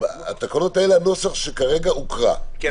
מי בעד נוסח התקנות שכרגע הוקרא כן,